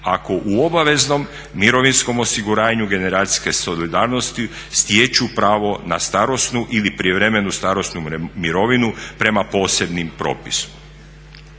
ako u obaveznom mirovinskom osiguranju generacijske solidarnosti stječu pravo na starosnu ili prijevremenu starosnu mirovinu prema posebnom propisu.